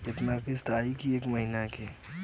कितना किस्त आई एक महीना के?